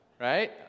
right